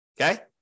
Okay